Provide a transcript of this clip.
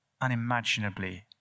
Unimaginably